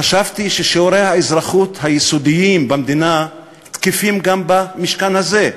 חשבתי ששיעורי האזרחות היסודיים במדינה תקפים גם במשכן הזה.